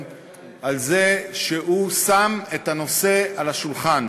על כך שהוא שם את הנושא על השולחן,